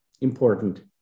important